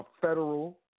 federal